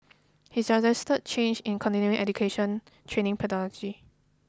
he suggested changes in continuing education training pedagogy